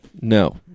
no